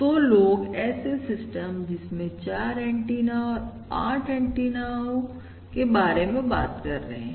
तो लोग ऐसे सिस्टम जिसमें चार एंटीना और आठ एंटीना के बारे में बात कर रहे हैं